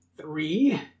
three